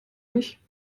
mich